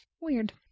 weird